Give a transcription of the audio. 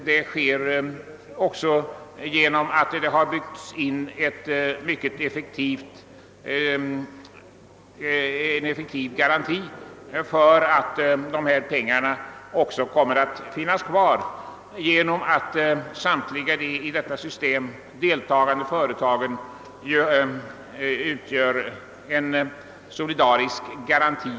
Det har byggts in en mycket effektiv garanti för att dessa pengar också kommer att finnas kvar genom att samtliga i detta system deltagande företag utgör en inbördes solidarisk garanti.